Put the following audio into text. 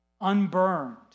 unburned